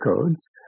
codes